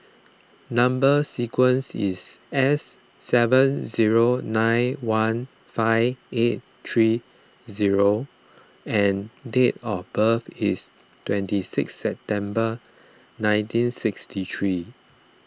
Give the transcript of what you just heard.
Number Sequence is S seven zero nine one five eight three zero and date of birth is twenty six September nineteen sixty three